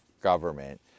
government